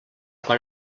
quan